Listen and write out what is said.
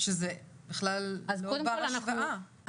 שזה בכלל לא בר השוואה,